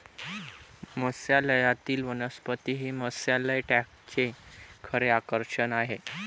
मत्स्यालयातील वनस्पती हे मत्स्यालय टँकचे खरे आकर्षण आहे